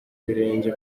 ibirenge